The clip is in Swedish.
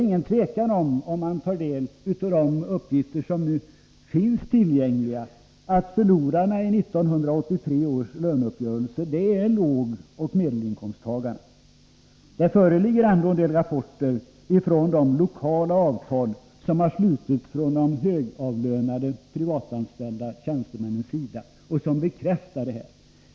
För den som tar del av de uppgifter som nu finns tillgängliga råder det inget tvivel om att förlorarna i 1983 års löneuppgörelse är lågoch medelinkomsttagarna. Det föreligger en del rapporter om de lokala avtal som har slutits av de högavlönade privatanställda tjänstemännen som bekräftar detta.